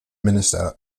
minister